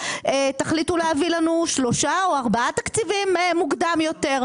להביא לנו שלושה או ארבעה תקציבים מוקדם יותר.